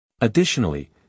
Additionally